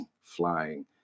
flying